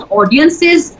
audiences